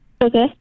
Okay